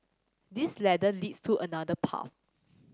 this ladder leads to another path